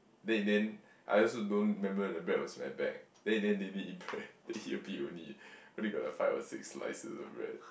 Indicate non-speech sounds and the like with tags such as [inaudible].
then in the end I also don't remember the bread was in my bag then in the end they didn't eat bread [laughs] they eat a bit only only got a five or six slices of bread